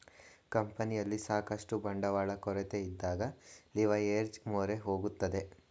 ಕಂಪನಿಯಲ್ಲಿ ಸಾಕಷ್ಟು ಬಂಡವಾಳ ಕೊರತೆಯಿದ್ದಾಗ ಲಿವರ್ಏಜ್ ಮೊರೆ ಹೋಗುತ್ತದೆ